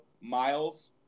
Miles